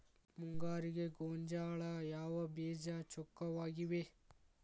ಮುಂಗಾರಿಗೆ ಗೋಂಜಾಳ ಯಾವ ಬೇಜ ಚೊಕ್ಕವಾಗಿವೆ?